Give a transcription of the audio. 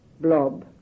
blob